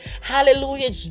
Hallelujah